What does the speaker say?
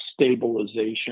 stabilization